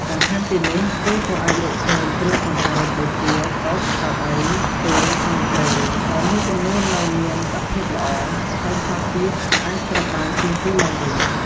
បន្ថែមពីនេះ គេក៏អាចរកឃើញ គ្រឿងសង្ហារិម ដូចជាតុ កៅអី ទូ និងគ្រែ ដែលមួយចំនួននៅមានសភាពល្អ ហើយខ្លះទៀតអាចត្រូវបានជួសជុលឡើងវិញ។